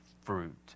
fruit